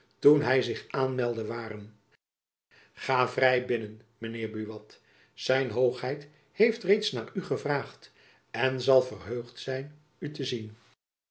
toen hy zich aanmeldde waren ga vrij binnen mijn heer buat zijn hoogheid heeft reeds naar u gevraagd en zal verheugd zijn u te zien